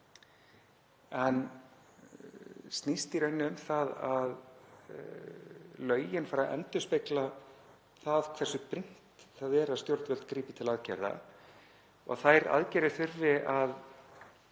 en snýst í rauninni um það að lögin fari að endurspegla hversu brýnt það er að stjórnvöld grípi til aðgerða og að þær aðgerðir þurfi að